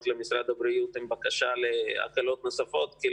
למשרד הבריאות עם בקשה להקלות נוספות כי,